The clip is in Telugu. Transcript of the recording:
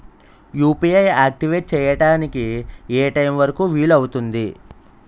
యు.పి.ఐ ఆక్టివేట్ చెయ్యడానికి ఏ టైమ్ వరుకు వీలు అవుతుంది?